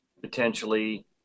potentially –